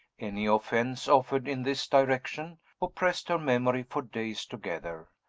any offense offered in this direction oppressed her memory for days together,